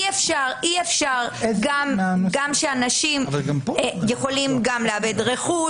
אי אפשר גם שאנשים יכולים לאבד רכוש,